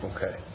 Okay